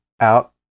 out